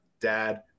dad